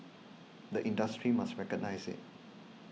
the industry must recognise it